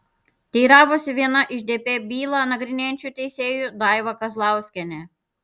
teiravosi viena iš dp bylą nagrinėjančių teisėjų daiva kazlauskienė